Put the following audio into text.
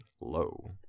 low